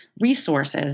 resources